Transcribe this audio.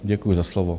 Děkuji za slovo.